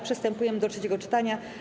Przystępujemy do trzeciego czytania.